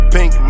Pink